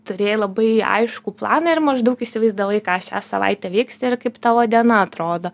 turėjai labai aiškų planą ir maždaug įsivaizdavai ką šią savaitę veiksi ir kaip tavo diena atrodo